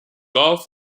gulf